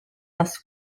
les